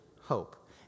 hope